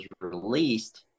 released